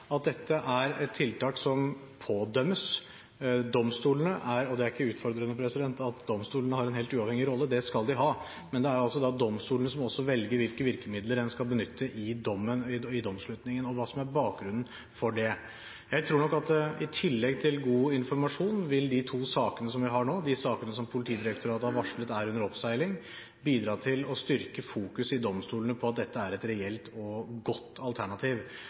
at dette er et tiltak som pådømmes. Det er ikke utfordrende at domstolene har en helt uavhengig rolle, det skal de ha, men det er altså domstolene som også velger hvilke virkemidler en skal benytte i domsslutningen, og hva som er bakgrunnen for det. Jeg tror nok at i tillegg til god informasjon vil de to sakene som vi har nå, og de sakene som Politidirektoratet har varslet er under oppseiling, bidra til å styrke fokuset i domstolene på at dette er et reelt og godt alternativ.